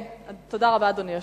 תודה רבה, אדוני היושב-ראש.